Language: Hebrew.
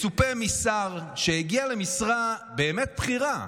מצופה משר, שהגיע למשרה באמת בכירה,